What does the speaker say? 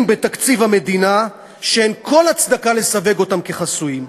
בתקציב המדינה שאין כל הצדקה לסווג אותם כחסויים.